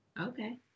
Okay